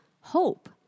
hope